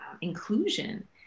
inclusion